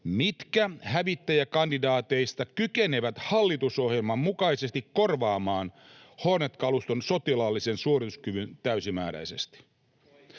mitkä hävittäjäkandidaateista kykenevät hallitusohjelman mukaisesti korvaamaan Hornet-kaluston sotilaallisen suorituskyvyn täysimääräisesti.